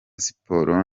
siporo